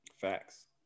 Facts